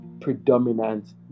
predominant